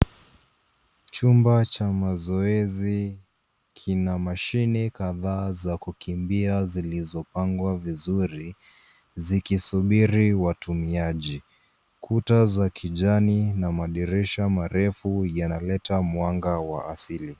Chumba cha mazoezi kina mashine kadhaa za kutumia zilizopangwa vizuri zikisubiri watumiaji. Kuta za kijani na madirisha marefu yanaleta mwanga wa asili.